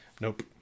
Nope